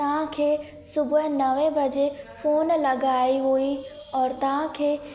तव्हांखे सुबुह नवे वजे फोन लॻाई हुई औरि तव्हांखे